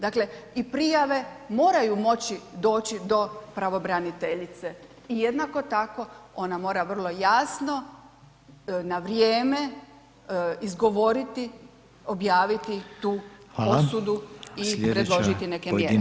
Dakle i prijave moraju moći doći do pravobraniteljice i jednako tako, ona mora vrlo jasno na vrijeme izgovoriti, objaviti tu osudu i predložiti neke mjere.